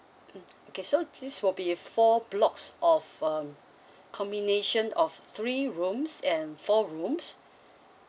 mm okay so this will be four blocks of um combination of three rooms and four rooms